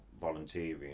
volunteering